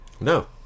No